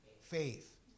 faith